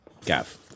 Gav